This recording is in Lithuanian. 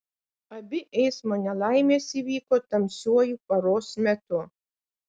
abi eismo nelaimės įvyko tamsiuoju paros metu